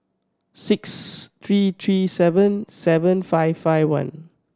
six three three seven seven five five one